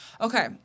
Okay